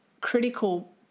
critical